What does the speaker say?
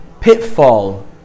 pitfall